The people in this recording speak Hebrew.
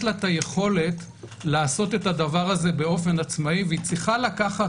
לה את היכולת לעשות את הדבר הזה באופן עצמאי והיא צריכה לקחת